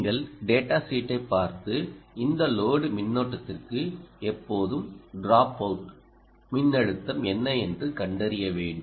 நீங்கள் டேடா ஷீட்டைப் பார்த்து இந்த லோடு மின்னோட்டத்திற்கு எப்போதும் டிராப்அவுட் மின்னழுத்தம் என்ன என்று கண்டறிய வேண்டும்